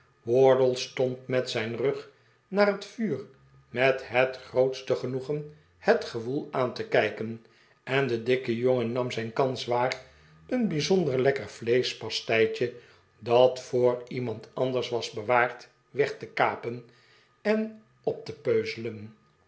wardle stond met zijn rug naar het vuur met het grootste genoegen het gewoel aan te kijken en de dikke jongen nam zijn kans waar een bijzonder lekker vleeschpasteitje dat voor iemand anders was bewaard weg te kapen en op te